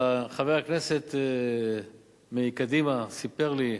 חבר כנסת מקדימה סיפר לי,